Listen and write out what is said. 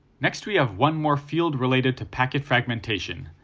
next we have one more field related to packet fragmentation,